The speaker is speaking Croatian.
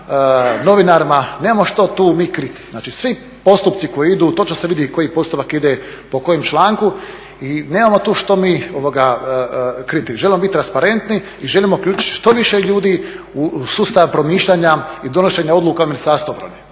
novinarima, nemamo što tu mi kriti. Znači, svi postupci koji idu, točno se vidi koji postupak ide po kojem članku i nemamo tu što mi kriti. Želimo biti transparentni i želimo uključiti što više ljudi u sustav promišljanja i donošenja odluka Ministarstva obrane,